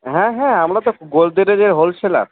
হ্যাঁ হ্যাঁ আমরা তো গোদরেজের হোলসেলার